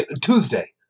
Tuesday